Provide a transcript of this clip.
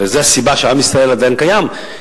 וזו הסיבה שעם ישראל עדיין קיים,